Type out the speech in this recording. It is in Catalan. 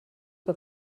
que